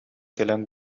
кэлэн